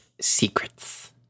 Secrets